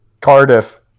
Cardiff